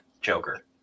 joker